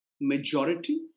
majority